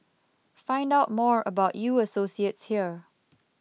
find out more about U Associates here